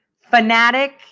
fanatic